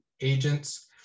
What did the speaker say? agents